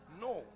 No